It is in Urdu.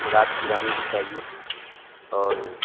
گلاب کی رانی بھی چاہیے اور